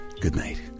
goodnight